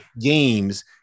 games